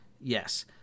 Yes